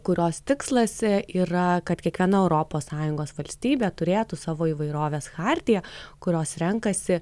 kurios tikslas yra kad kiekviena europos sąjungos valstybė turėtų savo įvairovės chartiją kurios renkasi